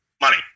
Money